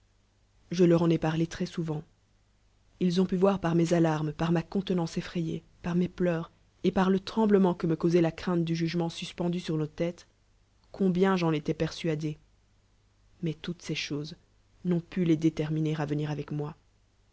je leur en ai parlé trèe souvent ils ont pu voir pas mes alarmes par macontenance effrayée pur oies pleurs et parle tremblement que me causoit lacninte du jugelneut suspendu sur nos tê es combien j'en édis persuadé mais toutes ces choses u'q ot pu les détermiuer à venir avec moi